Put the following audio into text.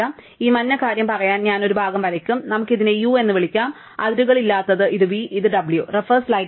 അതിനാൽ ഈ മഞ്ഞ കാര്യം പറയാൻ ഞാൻ ഒരു ഭാഗം വരയ്ക്കും നമുക്ക് ഇതിനെ u എന്ന് വിളിക്കാം അതിരുകളില്ലാത്തത് ഇത് v ഇത് w